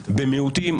במיעוטים,